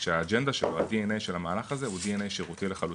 שהאג'נדה שלו ה- DNA של המהלך הזה הוא DNA שירותי לחלוטין.